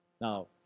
Now